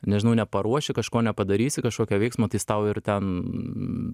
nežinau neparuoši kažko nepadarysi kažkokio veiksmo tai jis tau ir ten